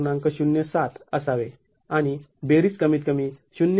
०७ असावे आणि बेरीज कमीत कमी ०